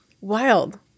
Wild